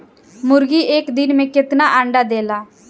मुर्गी एक दिन मे कितना अंडा देला?